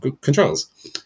controls